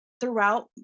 throughout